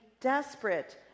desperate